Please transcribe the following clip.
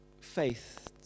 faith